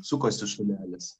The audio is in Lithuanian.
sukosi šunelis